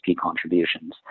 contributions